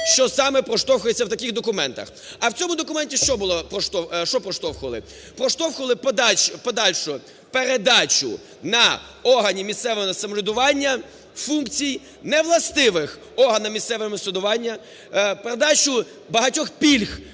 що саме проштовхується в таких документах. А в цьому документі, що було… що проштовхували? Проштовхували подальшу передачу на органи місцевого самоврядування функцій, не властивих органам місцевого самоврядування, передачу багатьох пільг